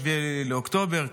את אירועי 7 באוקטובר,